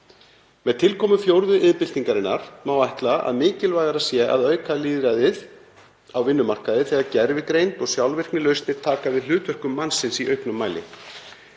Með tilkomu fjórðu iðnbyltingarinnar má og ætla að mikilvægara sé að auka lýðræði á vinnumarkaði þegar gervigreind og sjálfvirknilausnir taka við hlutverkum mannsins í auknum mæli.